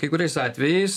kai kuriais atvejais